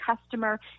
customer